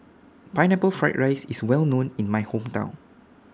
Pineapple Fried Rice IS Well known in My Hometown